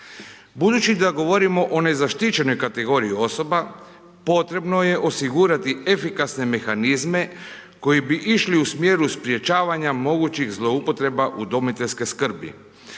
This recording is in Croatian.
Budući da govorimo o nezaštićenoj kategoriji osoba, potrebno je osigurati efikasne mehanizme, koji bi išli u smjeru sprječavanja mogućih zloupotreba udomiteljske skrbi.